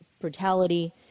brutality